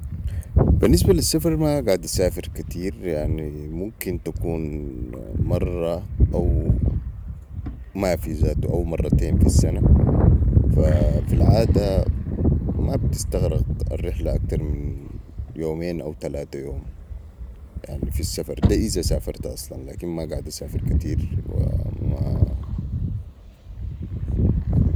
بي النسبة لي السفر ماقعد اسافر كتير يعني ممكن تكون مره او مافي زاتو او مرتين في السنة فا في العاده ما بتستقرق الرحلة اكتر من يومين او تلاته يوم يعني في السفر ده إذا سافرت أصلاً لكن ماقعد اسافر كتير